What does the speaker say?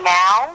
now